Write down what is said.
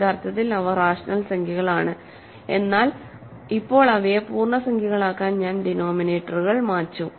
യഥാർത്ഥത്തിൽ അവ റാഷണൽ സംഖ്യകളാണ് എന്നാൽ ഇപ്പോൾ അവയെ പൂർണ്ണസംഖ്യകളാക്കാൻ ഞാൻ ഡിനോമിനേറ്ററുകൾ മായ്ച്ചു